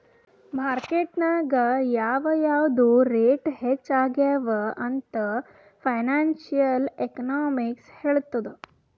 market ನಾಗ್ ಯಾವ್ ಯಾವ್ದು ರೇಟ್ ಹೆಚ್ಚ ಆಗ್ಯವ ಅಂತ್ ಫೈನಾನ್ಸಿಯಲ್ ಎಕನಾಮಿಕ್ಸ್ ಹೆಳ್ತುದ್